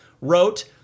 wrote